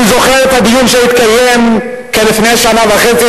אני זוכר את הדיון שהתקיים לפני כשנה וחצי